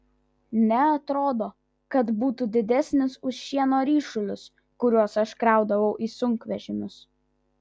neatrodo kad būtų didesnis už šieno ryšulius kuriuos aš kraudavau į sunkvežimius